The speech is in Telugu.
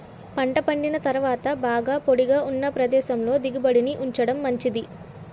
పంట పండిన తరువాత బాగా పొడిగా ఉన్న ప్రదేశంలో దిగుబడిని ఉంచడం మంచిది